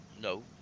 No